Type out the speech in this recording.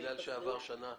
בגלל שעברה שנה.